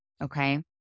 okay